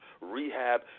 Rehab